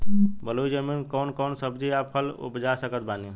बलुई जमीन मे कौन कौन सब्जी या फल उपजा सकत बानी?